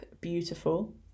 beautiful